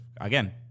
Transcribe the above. again